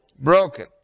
Broken